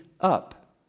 up